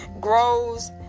grows